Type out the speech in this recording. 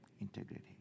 Integrity